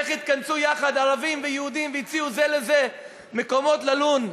איך התכנסו יחד ערבים ויהודים והציעו זה לזה מקומות ללון.